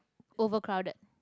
overcrowded